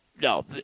no